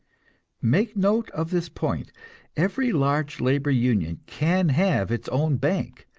make note of this point every large labor union can have its own bank,